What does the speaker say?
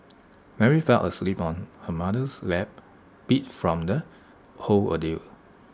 Mary fell asleep on her mother's lap beat from the whole ordeal